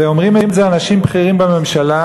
ואומרים את זה אנשים בכירים בממשלה,